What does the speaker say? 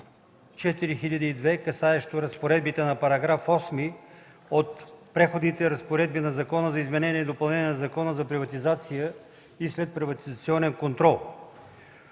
касаещо разпоредбите на § 8 от Преходните разпоредби на Закона за изменение и допълнение на Закона за приватизация и следприватизационен контрол,